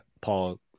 Paul